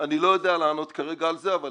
אני לא יודע לענות כרגע על זה אבל